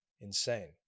insane